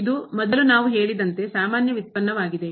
ಇದು ಮೊದಲು ನಾವು ಹೇಳಿದಂತೆ ಸಾಮಾನ್ಯ ವ್ಯುತ್ಪನ್ನವಾಗಿದೆ